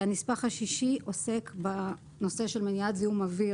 הנספח השישי עוסק בנושא של מניעת זיהום אוויר